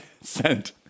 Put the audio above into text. Sent